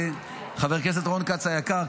חבר הכנסת רון כץ היקר,